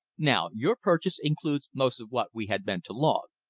now your purchase includes most of what we had meant to log.